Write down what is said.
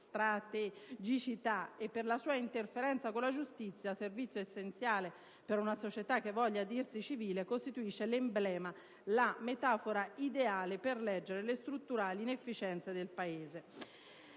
"strategicità" e per la sua interferenza con la giustizia, servizio essenziale per un società che voglia dirsi civile, costituisce l'emblema, la metafora ideale per leggere le strutturali inefficienze del Paese».